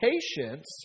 patience